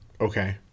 Okay